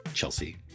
Chelsea